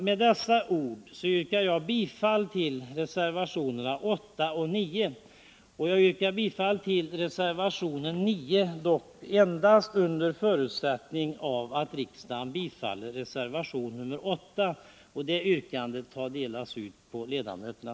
Med dessa ord yrkar jag bifall till reservationerna 8 och 9 — till reservationen 9 dock endast under förutsättning av att riksdagen bifaller reservationen 8.